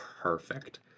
perfect